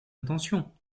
intention